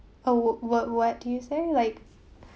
uh what what what did you say like